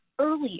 earlier